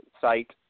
site